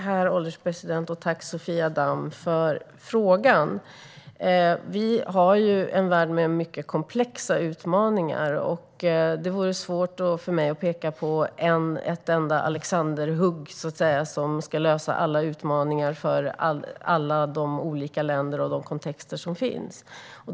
Herr ålderspresident! Tack, Sofia Damm, för frågan! Vi har en värld med mycket komplexa utmaningar. Det vore svårt för mig att peka på ett enda alexanderhugg som ska lösa alla utmaningar för alla de olika länder och kontexter som finns.